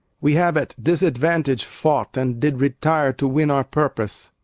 we have at disadvantage fought, and did retire, to win our purpose.